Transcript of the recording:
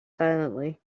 silently